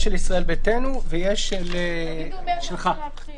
יש לישראל ביתנו ויש הסתייגות שלך.